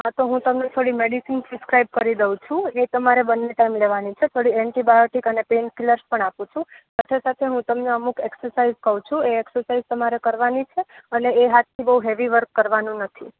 હા તો હું તમને થોડી મેડિસિન પ્રીસ્ક્રાઈબ કરી દઉ છુ એ તમારે બંને ટાઈમ લેવાની છે થોડી એન્ટીબાયોટિક અને પેનકીલર્સ પણ આપું છુ સાથે સાથે હું તમને અમુક એકસરસાઈઝ કઉ છુ એ એકસરસાઈઝ તમારે કરવાની છે અને એ હાથથી બોઉ હેવી વર્ક કરવાનું નથી